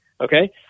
okay